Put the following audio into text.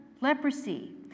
leprosy